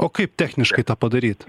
o kaip techniškai tą padaryt